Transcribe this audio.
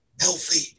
healthy